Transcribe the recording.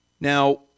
Now